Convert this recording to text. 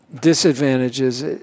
disadvantages